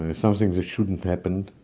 and something that shouldn't happened,